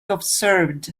observed